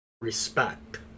respect